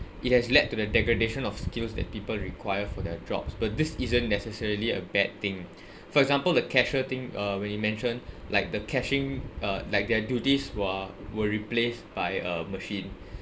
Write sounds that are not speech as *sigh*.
it has led to the degradation of skills that people required for their jobs but this isn't necessarily a bad thing *breath* for example the cashier thing uh when you mentioned like the cashing uh like their duties were were replaced by a machine